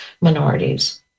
minorities